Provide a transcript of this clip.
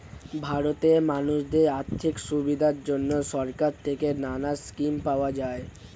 ভারতে মানুষদের আর্থিক সুবিধার জন্যে সরকার থেকে নানা স্কিম পাওয়া যায়